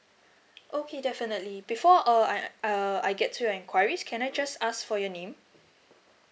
okay definitely before uh I uh I get to your enquiries can I just ask for your name